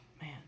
Man